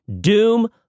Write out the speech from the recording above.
doom